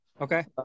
Okay